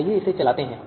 आइए इसे चलाते हैं